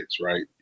right